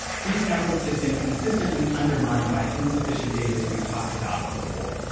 these efforts have been consistently undermined by insufficient data, as we've talked about before.